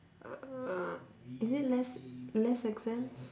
uh is it less less exams